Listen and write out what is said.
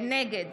נגד